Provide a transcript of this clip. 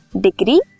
degree